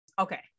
Okay